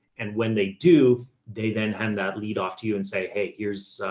and when they do, they then hand that lead off to you and say, hey, here's a,